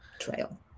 trail